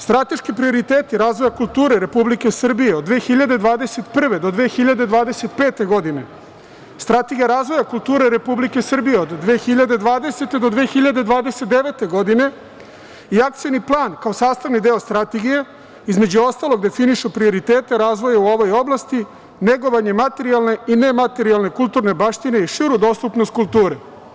Strateški prioriteti razvoja kulture Republike Srbije od 2021. do 2025. godine, Strategija razvoja kulture Republike Srbije od 2020. do 2029. godine i Akcioni plan kao sastavni deo Strategije, između ostalog, definišu prioritete razvoja u ovoj oblasti, negovanje materijalne i nematerijalne kulturne baštine i širu dostupnost kulture.